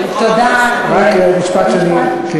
היא ועדה ממלכתית שעוסקת בענייני המלוכה והקיסרות.